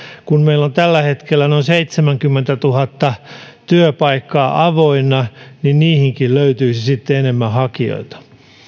kun meillä on tällä hetkellä noin seitsemänkymmentätuhatta työpaikkaa avoinna niin niihinkin löytyisi sitten enemmän hakijoita